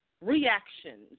reactions